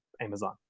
Amazon